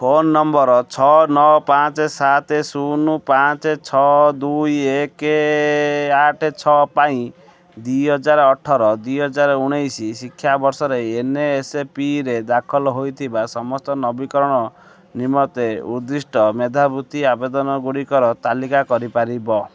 phone number ଛଅ ନଅ ପାଞ୍ଚ ସାତ ଶୂନ ପାଞ୍ଚ ଛଅ ଦୁଇ ଏକ ଆଠ ଛଅ ପାଇଁ ଦୁଇହଜାର ଅଠର ଦୁଇହଜାରେ ଉଣେଇଶି ଶିକ୍ଷାବର୍ଷରେ ଏନ୍ଏସ୍ପିରେ ଦାଖଲ ହେଇଥିବା ସମସ୍ତ ନବୀକରଣ ନିମନ୍ତେ ଉଦ୍ଦିଷ୍ଟ ମେଧାବୃତ୍ତି ଆବେଦନଗୁଡ଼ିକର ତାଲିକା କରିପାରିବ